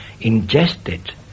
ingested